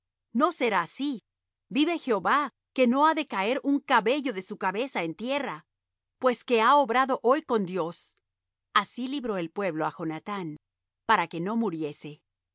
no será así vive jehová que no ha de caer un cabello de su cabeza en tierra pues que ha obrado hoy con dios así libró el pueblo á jonathán para que no muriese